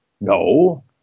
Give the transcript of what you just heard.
No